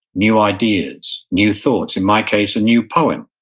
new ideas, new thoughts, in my case a new poem.